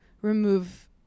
remove